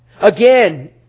Again